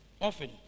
Often